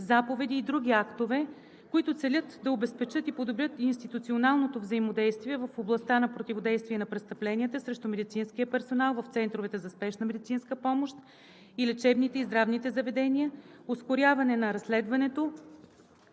заповеди и други актове, които целят да обезпечат и подобрят институционалното взаимодействие в областта на: противодействие на престъпленията срещу медицинския персонал в центровете за спешна медицинска помощ и лечебните и здравните заведения; ускоряване на разследването